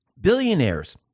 billionaires